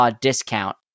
discount